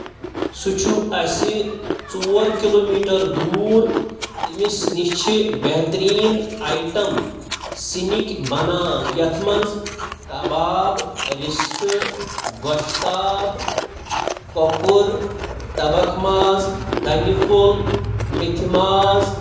سُہ چھُ اَسہِ ژور کِلوٗ میٖٹر دوٗر تٔمِس نِش چھِ بہتریٖن آیٹَم سِنِکۍ بَنان یَتھ منٛز کَباب رِستہٕ گۄشتاب کۄکُر تَبَکھ ماز دَنہِ پھوٚل میتھِ ماز